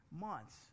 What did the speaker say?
months